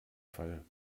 fall